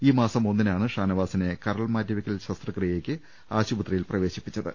ഈ മാസം ഒന്നിനാണ് ഷാന വാസിനെ കരൾ മാറ്റിവെക്കൽ ശസ്ത്രക്രിയക്ക് ആശുപത്രിയിൽ പ്രവേ ശിപ്പിച്ചത്